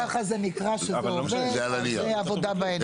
אם ככה זה נקרא שזה עובד זה עבודה בעיניים.